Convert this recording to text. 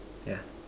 yeah